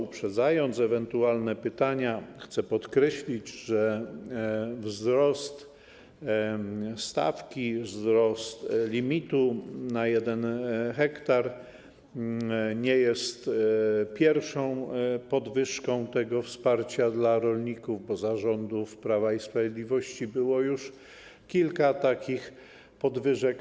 Uprzedzając ewentualne pytania, chcę podkreślić, że wzrost stawki, wzrost limitu na 1 ha nie jest pierwszym zwiększeniem wsparcia dla rolników, bo za rządów Prawa i Sprawiedliwości było już kilka takich podwyżek.